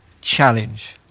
challenge